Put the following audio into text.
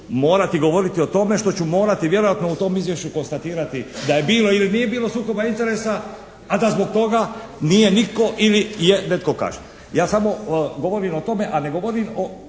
morati govoriti o tome što ću morati vjerojatno u tom izvješću konstatirati da je bilo ili nije bilo sukoba interesa a da zbog toga nije nitko ili je netko kažnjen. Ja samo govorim o tome, a ne govorim u